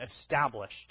established